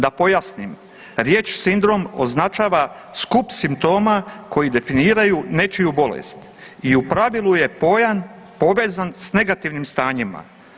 Da pojasnim riječ sindrom označava skup simptoma koji definiraju nečiju bolest i u pravilu je pojam povezan s negativnim stanjima.